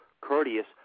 courteous